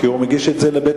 כי הוא מגיש את זה לבית-המשפט.